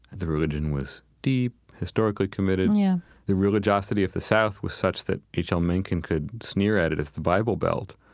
the religion was deep, historically committed yeah the religiosity of the south was such that h l. mencken could sneer at it in the bible belt.